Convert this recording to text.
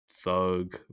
thug